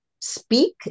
speak